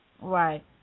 Right